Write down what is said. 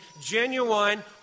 genuine